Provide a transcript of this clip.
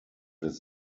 des